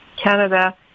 Canada